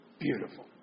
beautiful